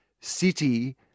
city